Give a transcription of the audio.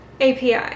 API